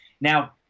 Now